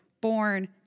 born